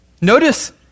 Notice